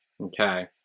okay